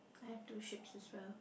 I have two ships as well